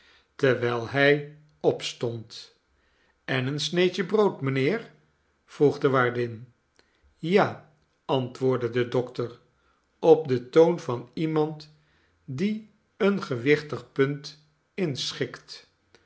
terwijl hij opstond en een sneedje brood mijnheer vroeg de waardin ja antwoordde de dokter op den toon van iemand die een gewichtig punt inschikt